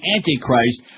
Antichrist